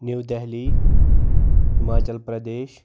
New Delhi Himachal Pradesh